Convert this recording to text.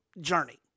journey